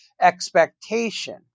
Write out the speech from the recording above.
expectation